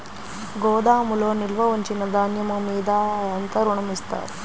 గోదాములో నిల్వ ఉంచిన ధాన్యము మీద ఎంత ఋణం ఇస్తారు?